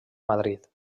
madrid